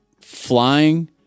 flying